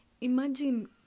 Imagine